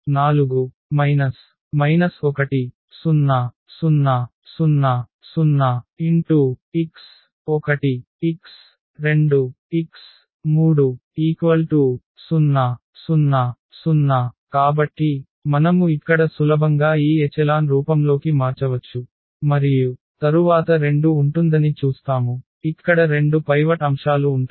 1 0 0 4 1 0 0 0 0 x1 x2 x3 0 0 0 కాబట్టి మనము ఇక్కడ సులభంగా ఈ ఎచెలాన్ రూపంలోకి మార్చవచ్చు మరియు తరువాత 2 ఉంటుందని చూస్తాము ఇక్కడ 2 పైవట్ అంశాలు ఉంటాయి